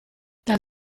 dal